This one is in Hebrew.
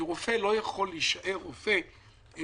כי רופא לא יכול להישאר רופא כללי,